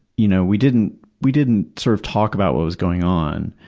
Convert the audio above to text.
you know we didn't we didn't sort of talk about what was going on,